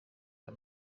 aya